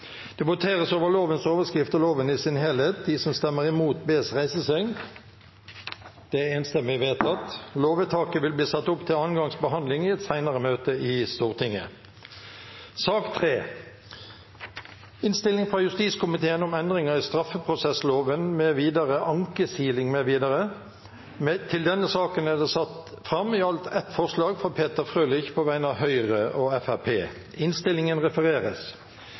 Det voteres over lovens overskrift og loven i sin helhet. Arbeiderpartiet, Senterpartiet, Sosialistisk Venstreparti og Rødt har varslet at de vil stemme imot. Lovvedtaket vil bli ført opp til andre gangs behandling i et senere møte i Stortinget. Under debatten er det satt fram i alt sju forslag. Det er forslagene nr. 1–3, fra Ingalill Olsen på vegne av Arbeiderpartiet, Senterpartiet og